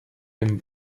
den